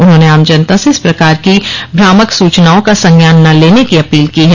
उन्होंने आम जनता से इस प्रकार की भ्रामक सूचनाओं का संज्ञान न लेने की अपील की है